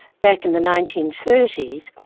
back in the nineteen thirty s,